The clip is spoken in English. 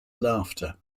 laughter